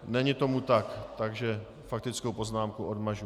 Není tomu tak, takže faktickou poznámku odmažu.